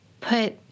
put